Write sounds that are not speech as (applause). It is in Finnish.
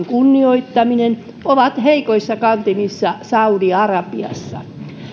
(unintelligible) kunnioittaminen on heikoissa kantimissa saudi arabiassa